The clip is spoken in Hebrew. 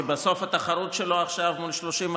כי בסוף התחרות שלו עכשיו היא מול 30,